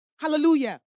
Hallelujah